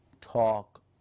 talk